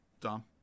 Dom